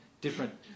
different